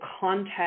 contact